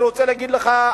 אני רוצה להגיד לך,